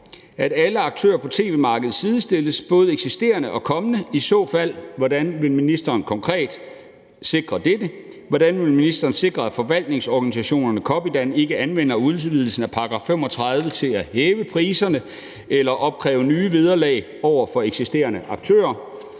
at alle aktører på tv-markedet, både eksisterende og kommende, sidestilles, og hvordan vil ministeren i så fald konkret sikre dette? Hvordan vil ministeren sikre, at forvaltningsorganisationen Copydan ikke anvender udvidelsen af § 35 til at hæve priserne eller opkræve nye vederlag af eksisterende aktører?